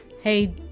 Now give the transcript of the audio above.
hey